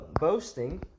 boasting